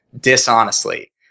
dishonestly